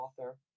author